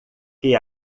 que